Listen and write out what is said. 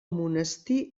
monestir